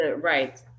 Right